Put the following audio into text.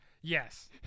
Yes